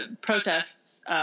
protests